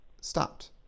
stopped